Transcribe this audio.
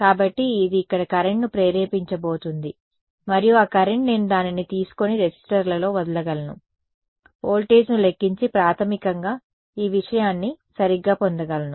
కాబట్టి ఇది ఇక్కడ కరెంట్ను ప్రేరేపించబోతోంది మరియు ఆ కరెంట్ నేను దానిని తీసుకొని రెసిస్టర్లో వదలగలను వోల్టేజ్ను లెక్కించి ప్రాథమికంగా ఈ విషయాన్ని సరిగ్గా పొందగలను